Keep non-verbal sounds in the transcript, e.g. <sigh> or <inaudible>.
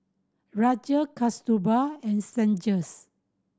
Rajesh Kasturba and Sanjeev <unintelligible>